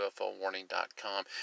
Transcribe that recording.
ufowarning.com